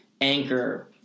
anchor